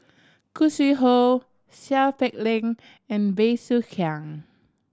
Khoo Sui Hoe Seow Peck Leng and Bey Soo Khiang